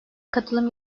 katılım